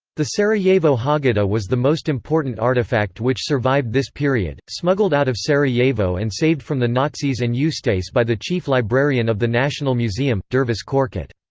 the sarajevo haggadah was the most important artifact which survived this period, smuggled out of sarajevo and saved from the nazis and ustase by the chief librarian of the national museum, dervis korkut.